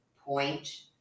Point